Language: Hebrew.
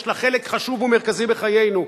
יש לה חלק חשוב ומרכזי בחיינו,